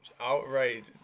outright